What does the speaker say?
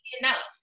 enough